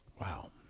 Wow